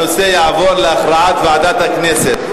הנושא יעבור להכרעת ועדת הכנסת.